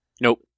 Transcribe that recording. Nope